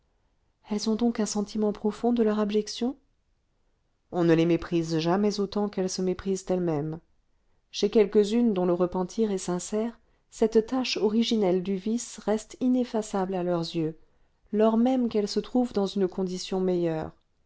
elles ont donc un sentiment profond de leur abjection on ne les méprise jamais autant qu'elles se méprisent elles-mêmes chez quelques-unes dont le repentir est sincère cette tache originelle du vice reste ineffaçable à leurs yeux lors même qu'elles se trouvent dans une condition meilleure